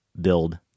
build